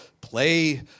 play